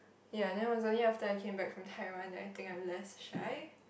ya then was only after I came back from Taiwan then I think I'm less shy